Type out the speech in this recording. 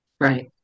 Right